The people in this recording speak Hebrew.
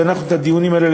ואנחנו על הדיונים האלה,